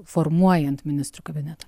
formuojant ministrų kabinetą